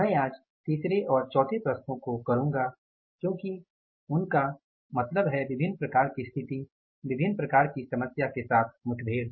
मैं आज तीसरी और चौथी प्रश्नों को करूँगा क्योंकि उनका उसका मतलब है विभिन्न प्रकार की स्थिति विभिन्न प्रकार की समस्या के साथ मुठभेड़